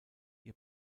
ihr